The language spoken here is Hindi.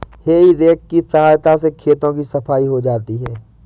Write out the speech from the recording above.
हेइ रेक की सहायता से खेतों की सफाई हो जाती है